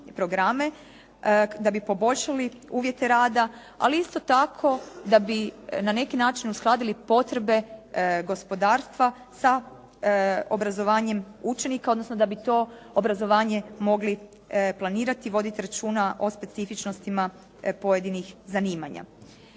da bi poboljšali uvjete rada, ali isto tako da bi na neki način uskladili potrebe gospodarstva sa obrazovanjem učenika, odnosno da bi to obrazovanje mogli planirati, voditi računa o specifičnostima pojedinih zanimanja.